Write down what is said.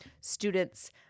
students